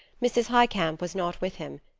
mrs. highcamp was not with him.